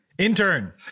Intern